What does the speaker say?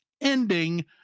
ending